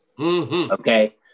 Okay